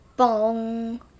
bong